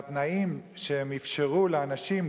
והתנאים שהם אפשרו לאנשים,